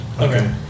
Okay